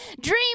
dream